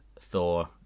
Thor